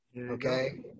okay